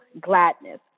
gladness